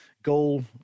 goal